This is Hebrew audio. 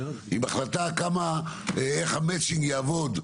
עם החלטה איך המאצ'ינג יעבוד.